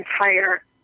entire